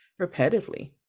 repetitively